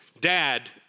dad